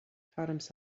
taught